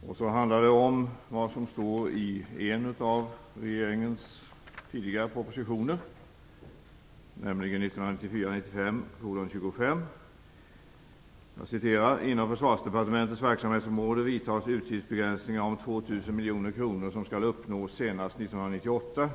Vidare handlar det om vad som står i en av regeringens tidigare propositioner, nämligen proposition "Inom Försvarsdepartementets verksamhetsområde vidtas utgiftsbegränsningar om 2 000 miljoner kr som skall uppnås senast 1998.